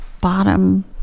bottom